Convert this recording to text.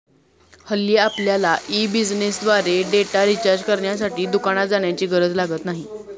हल्ली आपल्यला ई बिझनेसद्वारे डेटा रिचार्ज करण्यासाठी दुकानात जाण्याची गरज लागत नाही